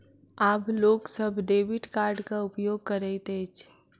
आब लोक सभ डेबिट कार्डक उपयोग करैत अछि